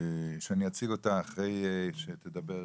שאני אציג אותה אחרי שתדבר,